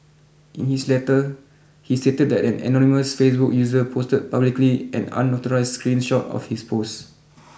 in his letter he stated that an anonymous Facebook user posted publicly an unauthorised screen shot of his post